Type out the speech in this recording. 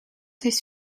heeft